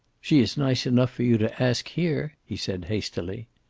she is nice enough for you to ask here, he said hastily.